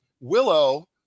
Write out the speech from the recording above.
willow